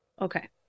Okay